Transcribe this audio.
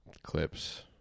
Clips